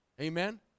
Amen